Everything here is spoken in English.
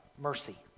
mercy